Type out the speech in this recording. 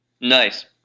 Nice